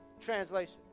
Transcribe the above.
Translation